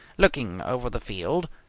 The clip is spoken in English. looking over the field,